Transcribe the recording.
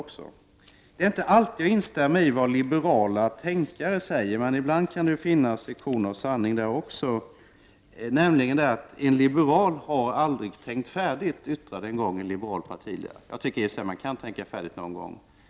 Man kan inte alltid instämma i vad liberala tänkare säger. Men det kan ibland finnas ett korn av sanning där också. En liberal har aldrig tänkt färdigt, uttryckte en gång en liberal partiledare. Jag tycker inte det stämmer, de kan tänka färdigt någon gång.